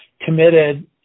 committed